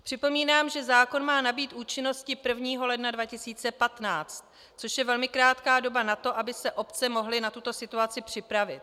Připomínám, že zákon má nabýt účinnosti 1. ledna 2015, což je velmi krátká doba na to, aby se obce mohly na tuto situaci připravit.